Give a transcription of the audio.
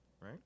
Right